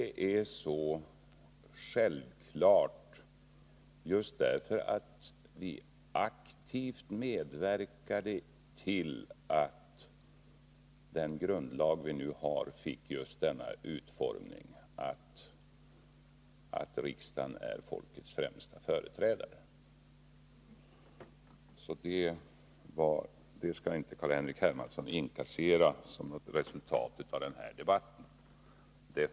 Det är så självklart just därför att vi aktivt medverkade till att den grundlag vi har fick sin nuvarande utformning, där det sägs att riksdagen är folkets främsta företrädare. Detta skall inte Carl-Henrik Hermansson inkassera som något resultat av denna debatt.